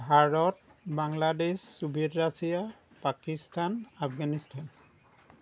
Bharat Bangladesh Soviet Russia Pakistan Afghanistan